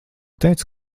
teici